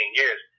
years